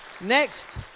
Next